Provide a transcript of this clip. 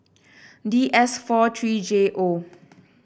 D S four three J O